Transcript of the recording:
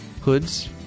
Hoods